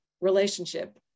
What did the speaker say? relationship